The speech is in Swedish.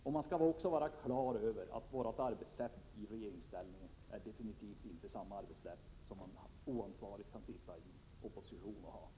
Dessutom skall man vara klar över att det definitivt inte är samma sak att arbeta i regeringsställning som att arbetai — Prot. 1987/88:132 opposition, där man inte har något ansvar. 2 juni 1988